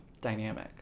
dynamic